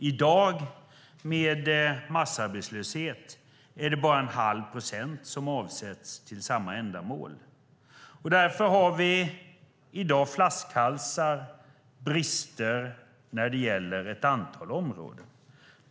I dag, med massarbetslöshet, är det bara en halv procent som avsätts till samma ändamål. Därför har vi i dag flaskhalsar och brister på ett antal områden.